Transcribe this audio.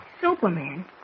Superman